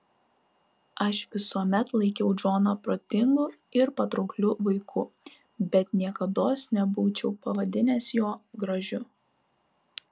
aš visuomet laikiau džoną protingu ir patraukliu vaiku bet niekados nebūčiau pavadinęs jo gražiu